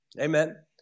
Amen